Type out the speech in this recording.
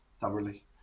thoroughly